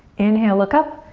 inhale, look up,